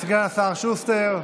סגן השר שוסטר,